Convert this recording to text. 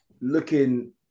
looking